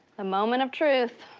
the moment of truth.